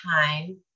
time